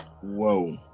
whoa